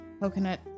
coconut